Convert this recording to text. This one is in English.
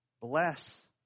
bless